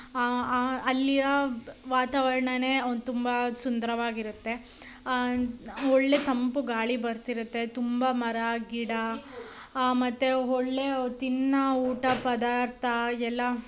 ಅಲ್ಲಿಯ ವಾತಾವರಣನೇ ಒಂದು ತುಂಬ ಸುಂದರವಾಗಿರತ್ತೆ ಒಳ್ಳೆಯ ತಂಪು ಗಾಳಿ ಬರ್ತಿರುತ್ತೆ ತುಂಬ ಮರ ಗಿಡ ಮತ್ತು ಒಳ್ಳೆಯ ತಿನ್ನೋ ಊಟ ಪದಾರ್ಥ ಎಲ್ಲ